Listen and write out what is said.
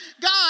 God